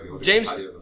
James